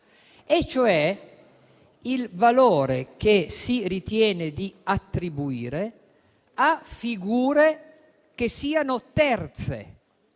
cioè il valore che si ritiene di attribuire a figure che siano terze